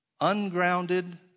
ungrounded